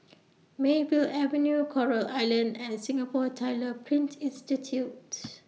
Mayfield Avenue Coral Island and Singapore Tyler Print Institute